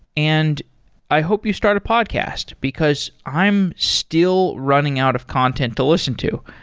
and i hope you start a podcast, because i am still running out of content to listen to.